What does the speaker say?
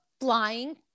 flying